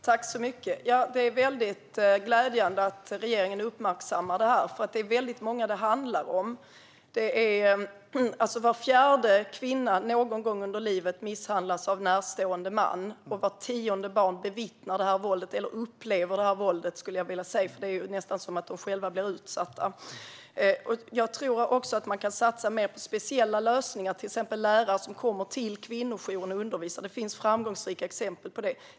Herr talman! Det är väldigt glädjande att regeringen uppmärksammar det här, för det handlar om väldigt många. Var fjärde kvinna misshandlas någon gång under livet av en närstående man, och vart tionde barn bevittnar detta våld eller upplever det, skulle jag vilja säga, för det är ju nästan som om de själva blir utsatta. Jag tror också att man kan satsa mer på speciella lösningar, till exempel lärare som kommer till kvinnojouren och undervisar. Det finns framgångsrika exempel på detta.